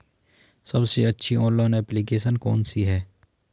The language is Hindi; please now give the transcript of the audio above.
सबसे अच्छी ऑनलाइन एप्लीकेशन कौन सी है?